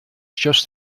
just